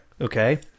Okay